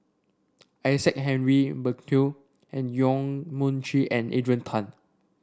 Isaac Henry Burkill and Yong Mun Chee and Adrian Tan